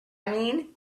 mean